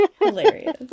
Hilarious